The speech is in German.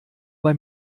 bei